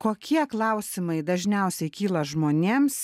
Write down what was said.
kokie klausimai dažniausiai kyla žmonėms